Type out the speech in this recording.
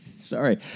Sorry